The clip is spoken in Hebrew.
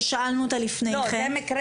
כששאלנו אותה לפני כן.